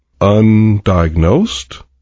undiagnosed